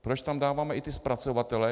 Proč tam dáváme i zpracovatele?